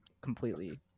completely